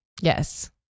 Yes